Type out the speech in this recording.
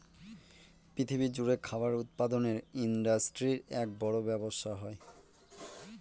পৃথিবী জুড়ে খাবার উৎপাদনের ইন্ডাস্ট্রির এক বড় ব্যবসা হয়